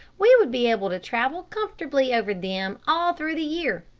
we would be able to travel comfortably over them all through the year,